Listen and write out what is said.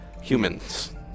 humans